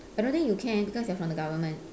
I don't think you can because you are from the government